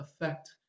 affect